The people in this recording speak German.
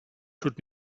tut